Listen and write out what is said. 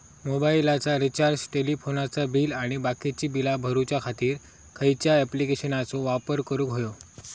मोबाईलाचा रिचार्ज टेलिफोनाचा बिल आणि बाकीची बिला भरूच्या खातीर खयच्या ॲप्लिकेशनाचो वापर करूक होयो?